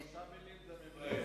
בשלוש מלים: זה מבייש.